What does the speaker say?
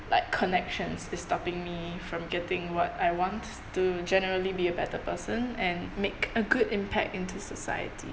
like connections is stopping me from getting what I want to generally be a better person and make a good impact into society